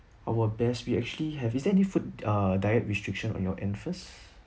our best we actually have is there any food err diet restrictions on your end first